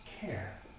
care